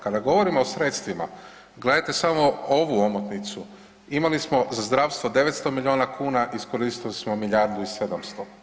Kada govorimo o sredstvima, gledajte samo ovu omotnicu, imali smo za zdravstvo 900 milijuna kuna, iskoristili smo milijardu i 700.